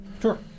Sure